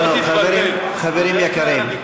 חברים יקרים,